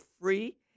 free